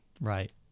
right